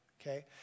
okay